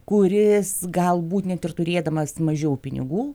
kuris galbūt net ir turėdamas mažiau pinigų